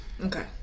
Okay